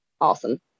awesome